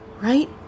right